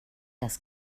das